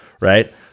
Right